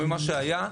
ממה שהיה,